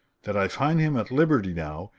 that i find him at liberty now,